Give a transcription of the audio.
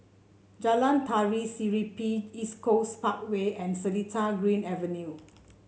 Jalan Tari Serimpi East Coast Parkway and Seletar Green Avenue